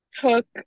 took